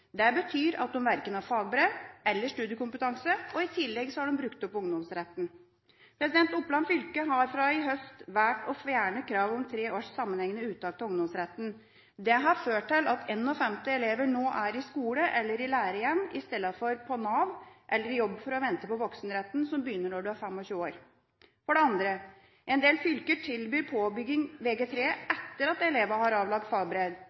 Det betyr at de verken har fagbrev eller studiekompetanse, og i tillegg har de brukt opp ungdomsretten. Oppland fylke har fra i høst valgt å fjerne kravet om tre års sammenhengende uttak av ungdomsretten. Det har ført til at 51 elever nå er i skole eller i lære igjen i stedet for på Nav eller i jobb for å vente på voksenretten, som begynner når man er 25 år. For det andre: En del fylker tilbyr påbygging Vg3 etter at elevene har avlagt